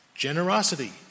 generosity